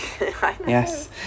Yes